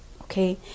okay